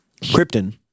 Krypton